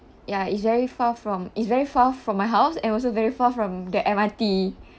ya it's very far from its very far from my house and also very far from the M_R_T